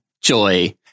Joy